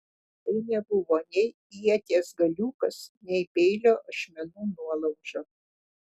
tai nebuvo nei ieties galiukas nei peilio ašmenų nuolauža